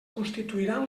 constituiran